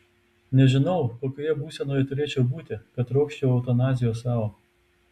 nežinau kokioje būsenoje turėčiau būti kad trokščiau eutanazijos sau